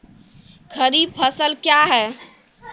खरीफ फसल क्या हैं?